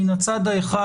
מן הצד האחד,